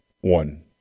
One